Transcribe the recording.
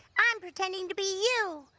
i'm pretending to be you,